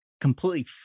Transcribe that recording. completely